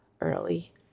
early